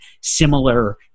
similar